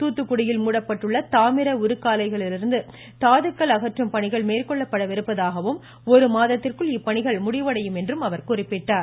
தூத்துக்குடியில் மூடப்பட்டுள்ள தாமிர உருக்காலையிலிருந்து தாதுக்கள் அகற்றும் பணிகள் மேற்கொள்ளப்படவிருப்பதாகவும் ஒரு மாதத்திற்குள் இப்பணிகள் முடிவடையும் என்றும் அவர் குறிப்பிட்டார்